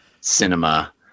cinema